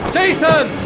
Jason